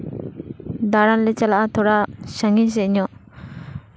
ᱫᱟᱬᱟᱱ ᱞᱮ ᱪᱟᱞᱟᱜᱼᱟ ᱛᱷᱚᱲᱟ ᱥᱟᱺᱜᱤᱧ ᱥᱮᱫ ᱧᱚᱜ